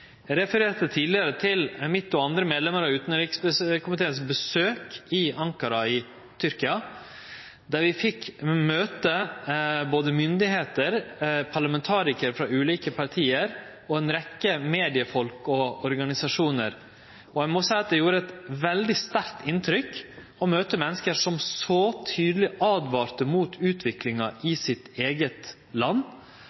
Eg refererte tidlegare til mitt og andre medlemmer av utanrikskomiteen sitt besøk i Ankara i Tyrkia, der vi fekk møte både myndigheiter, parlamentarikarar frå ulike parti og ei rekkje mediefolk og organisasjonar. Eg må seie at det gjorde eit veldig sterkt inntrykk å møte menneske som så tydeleg åtvara mot utviklinga i